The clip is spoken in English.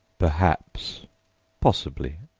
perhaps possibly.